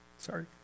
Sorry